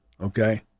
okay